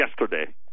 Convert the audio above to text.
yesterday